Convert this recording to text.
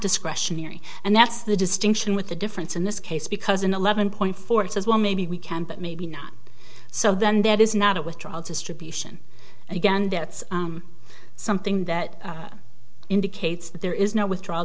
discretionary and that's the distinction with a difference in this case because an eleven point four says well maybe we can but maybe not so then that is not a withdrawal distribution again that's something that indicates that there is no withdrawal